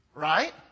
Right